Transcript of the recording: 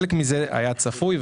חלק מזה היה צפוי,